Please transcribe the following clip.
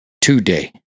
today